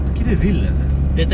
kira real lah sia